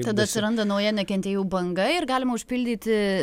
tada atsiranda nauja neketėjų banga ir galima užpildyti